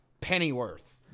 Pennyworth